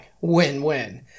Win-win